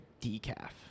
decaf